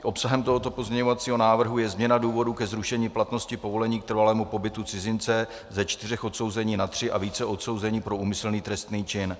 Obsahem tohoto pozměňovacího návrhu je změna důvodu ke zrušení platnosti povolení k trvalému pobytu cizince ze čtyř odsouzení na tři a více odsouzení pro úmyslný trestný čin.